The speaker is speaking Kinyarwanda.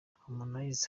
harmonize